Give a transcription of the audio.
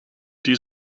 die